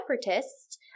separatists